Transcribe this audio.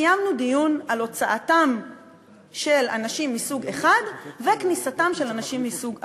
וקיימנו דיון על הוצאתם של אנשים מסוג אחד וכניסתם של אנשים מסוג אחר.